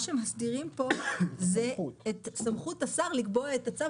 מסדירים פה את סמכות השר לקבוע את הצו